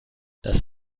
das